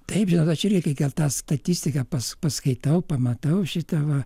taip žinot aš irgi kai tą statistiką pas paskaitau pamatau šita va